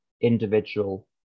individual